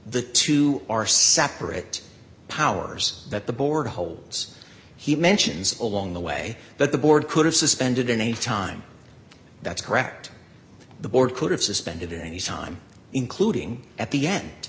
the two are separate powers that the board holds he mentions along the way that the board could have suspended in a time that's correct the board could have suspended any time including at the end